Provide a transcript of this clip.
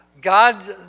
God